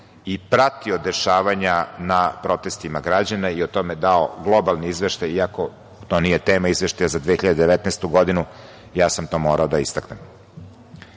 i pratio dešavanja na protestima građana i o tome dao globalni izveštaj, iako to nije tema izveštaja za 2019. godinu, ja sam to morao da istaknem. Pored